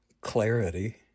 clarity